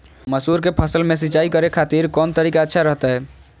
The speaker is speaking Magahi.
मसूर के फसल में सिंचाई करे खातिर कौन तरीका अच्छा रहतय?